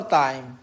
time